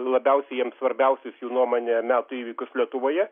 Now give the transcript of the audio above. labiausiai jiems svarbiausius jų nuomone metų įvykius lietuvoje